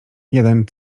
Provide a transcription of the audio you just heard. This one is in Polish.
jeden